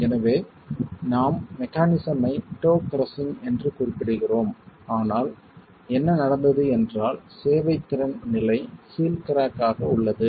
எனவே நாம் மெக்கானிஸம் ஐ டோ கிரஸ்ஸிங் என்று குறிப்பிடுகிறோம் ஆனால் என்ன நடந்தது என்றால் சேவைத்திறன் நிலை ஹீல் கிராக் ஆக உள்ளது